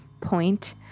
point